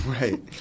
Right